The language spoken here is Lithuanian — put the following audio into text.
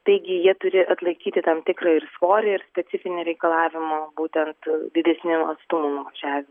taigi jie turi atlaikyti tam tikrą ir svorį ir specifinį reikalavimą būtent didesniu atstumu nuvažiavi